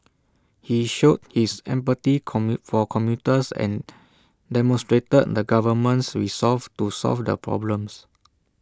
he showed his empathy for commuters and demonstrated the government's resolve to solve the problems